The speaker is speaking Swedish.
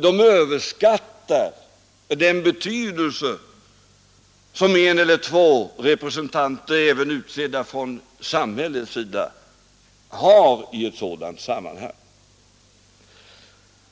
De överskattar den betydelse som en eller två representanter, även om dessa är utsedda från samhällets sida, har i ett sådant sammanhang.